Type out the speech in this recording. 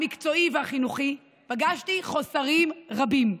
המקצועי והחינוכי, פגשתי חוסרים רבים.